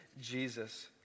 Jesus